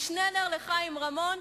משנלר לחיים רמון,